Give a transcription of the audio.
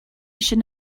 should